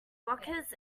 blockers